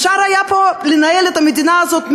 אפשר היה פה לנהל את המדינה הזאת מצוין,